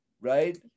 right